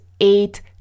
eight